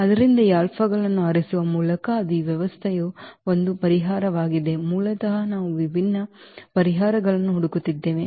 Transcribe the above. ಆದ್ದರಿಂದ ಈ ಆಲ್ಫಾಗಳನ್ನು ಆರಿಸುವ ಮೂಲಕ ಅದು ಈ ವ್ಯವಸ್ಥೆಯ ಒಂದು ಪರಿಹಾರವಾಗಿದೆ ಮೂಲತಃ ನಾವು ವಿಭಿನ್ನ ವಿಭಿನ್ನ ಪರಿಹಾರಗಳನ್ನು ಹುಡುಕುತ್ತಿದ್ದೇವೆ